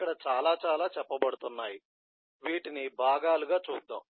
ఇక్కడ చాలా చాలా చెప్పబడుతున్నాయి వీటిని భాగాలుగా చూద్దాం